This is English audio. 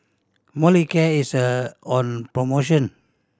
Molicare is a on promotion